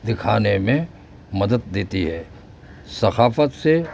دکھانے میں مدد دیتی ہے ثقافت سے